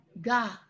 God